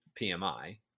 PMI